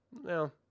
No